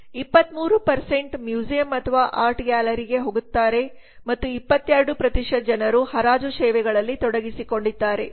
23 museum ಅಥವಾ art ಗ್ಯಾಲರಿಗೆ ಹೋಗುತ್ತಾರೆ ಮತ್ತು 22 ಜನರು ಹರಾಜು ಸೇವೆಗಳಲ್ಲಿ ತೊಡಗಿಸಿಕೊಂಡಿದ್ದಾರೆ